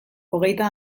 hogeita